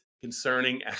concerning